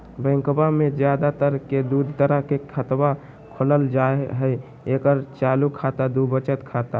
बैंकवा मे ज्यादा तर के दूध तरह के खातवा खोलल जाय हई एक चालू खाता दू वचत खाता